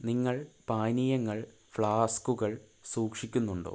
നിങ്ങൾ പാനീയങ്ങൾ ഫ്ലാസ്കുകൾ സൂക്ഷിക്കുന്നുണ്ടോ